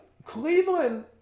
Cleveland